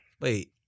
wait